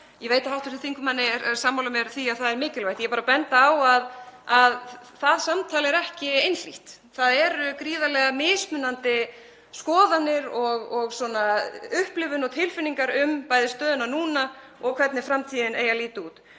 Ég veit að hv. þingmaður er sammála mér í því að það er mikilvægt, ég er bara að benda á að það samtal er ekki einhlítt, það eru gríðarlega mismunandi skoðanir, upplifun og tilfinningar um bæði stöðuna núna og hvernig framtíðin eigi að líta út.